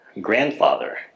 grandfather